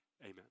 Amen